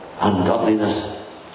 ungodliness